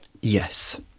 Yes